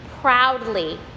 proudly